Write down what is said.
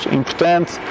importante